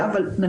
שזה